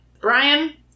Brian